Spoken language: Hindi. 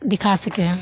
दिखा सकें